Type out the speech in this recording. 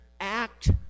act